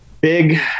big